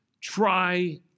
try